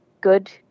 good